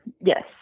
Yes